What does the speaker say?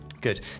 Good